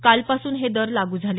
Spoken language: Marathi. कालपासून हे दर लागू झाले